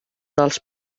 dels